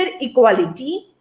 equality